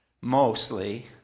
mostly